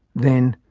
then,